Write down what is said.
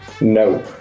No